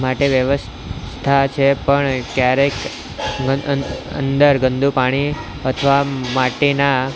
માટે વ્યવસ્થા છે પણ ક્યારેક અંદર ગંદુ પાણી અથવા માટીના